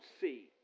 see